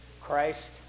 Christ